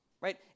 right